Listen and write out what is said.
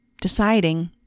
deciding